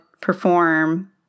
perform